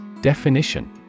Definition